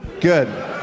Good